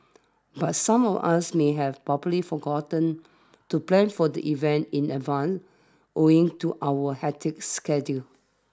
but some of us may have probably forgotten to plan for the event in advance owing to our hectic schedule